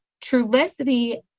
Trulicity